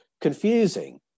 confusing